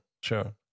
sure